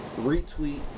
retweet